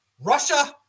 Russia